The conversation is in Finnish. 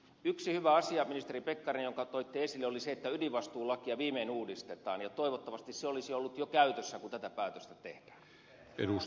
yksi hyvä asia ministeri pekkarinen jonka toitte esille oli se että ydinvastuulakia viimein uudistetaan ja toivottavasti se olisi ollut jo käytössä kun tätä päätöstä tehdään